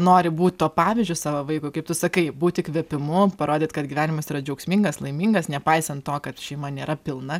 nori būt tuo pavyzdžiu savo vaikui kaip tu sakai būti įkvėpimu parodyt kad gyvenimas yra džiaugsmingas laimingas nepaisant to kad šeima nėra pilna